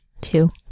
two